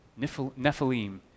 Nephilim